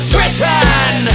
Britain